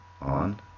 On